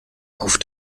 auf